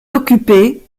occupées